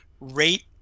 rate